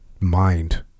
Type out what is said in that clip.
mind